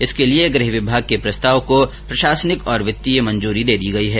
इसके लिए गृह विभाग के प्रस्ताव को प्रशासनिक और वित्त मंजूरी दे दी गई है